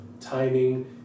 timing